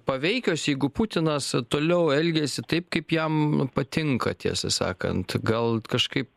paveikios jeigu putinas toliau elgiasi taip kaip jam patinka tiesą sakant gal kažkaip